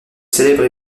célèbre